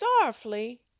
Sorrowfully